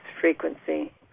frequency